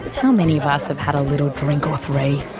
how many of us have had a little drink or three?